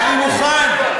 אני מוכן.